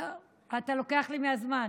אתה לוקח לי מהזמן.